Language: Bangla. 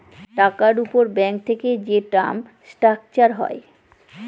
টাকার উপর ব্যাঙ্ক থেকে যে টার্ম স্ট্রাকচার হয়